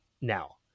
now